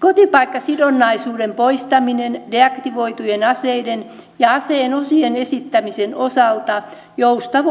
kotipaikkasidonnaisuuden poistaminen deaktivoitujen aseiden ja aseen osien esittämisen osalta joustavoittaisi